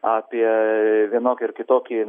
apie vienokį ar kitokį